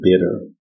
bitter